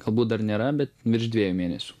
galbūt dar nėra bet virš dviejų mėnesių